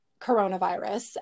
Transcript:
coronavirus